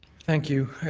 thank you.